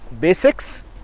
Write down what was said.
basics